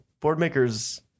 Boardmaker's